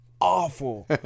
awful